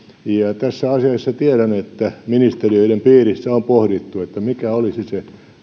tässä asiassa tiedän että ministeriöiden piirissä on pohdittu mikä olisi se